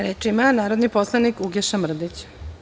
Reč ima narodni poslanik Uglješa Mrdić.